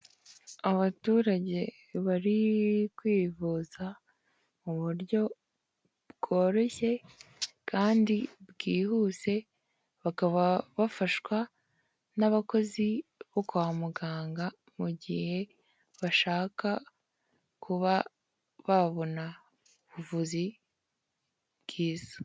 Abaturage bari kwivuza mu buryo bworoshye kandi bwihuse, bakaba bafashwa n'abakozi bo kwa muganga mu gihe bashaka kuba babona ubuvuzi bwiza.